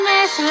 Miss